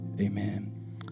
Amen